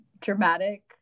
dramatic